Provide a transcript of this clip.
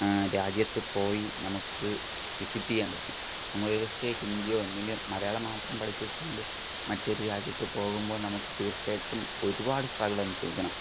രാജ്യത്ത് പോയി നമുക്ക് വിസിറ്റ് ചെയ്യാൻ പറ്റും നമ്മൾ ഒരു പക്ഷെ ഹിന്ദിയോ മലയാളം മാത്രം പഠിച്ചു വച്ചു കൊണ്ട് മറ്റൊരു രാജ്യത്ത് പോകുമ്പോൾ നമുക്ക് തീർച്ചയായിട്ടും ഒരുപാട് സ്ട്രഗിൾ അനുഭവിക്കണം